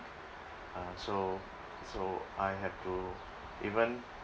uh so so I have to even